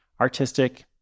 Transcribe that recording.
artistic